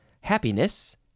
Happiness